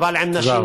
אבל עם נשים,